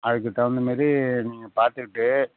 அதுக்குத் தகுந்த மாதிரி நீங்கள் பார்த்துட்டு